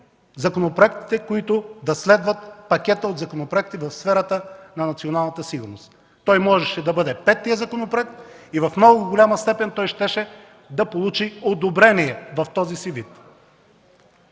законопроектите, които да следват пакета от законопроекти в сферата на националната сигурност. Той можеше да бъде петият законопроект и в много голяма степен щеше да получи одобрение в този си вид.